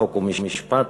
חוק ומשפט,